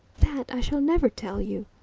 that i shall never tell you,